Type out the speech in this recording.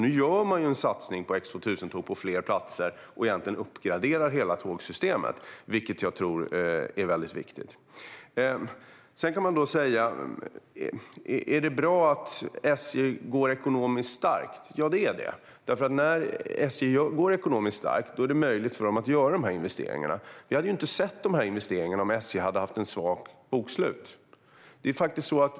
Nu gör man en satsning på X2000-tåg på fler platser och uppgraderar hela tågsystemet, vilket är viktigt. Är det bra att SJ går starkt ekonomiskt? Ja, det är det, för när SJ går ekonomiskt starkt är det möjligt för SJ att göra dessa investeringar. Vi hade inte sett dessa investeringar om SJ hade haft ett svagt bokslut.